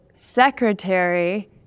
secretary